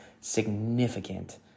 significant